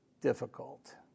difficult